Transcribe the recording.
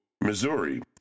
Missouri